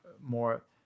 more